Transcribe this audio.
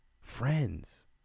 friends